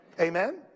Amen